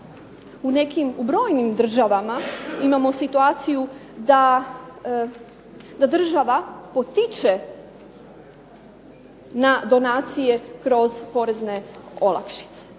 U brojnim državama imamo situaciju da država potiče na donacije kroz porezne olakšice,